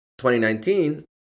2019